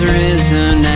risen